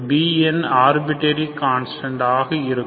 bn arbitrary constant ஆக இருக்கும்